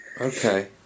Okay